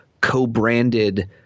co-branded